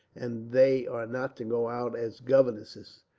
and they are not to go out as governesses.